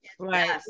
right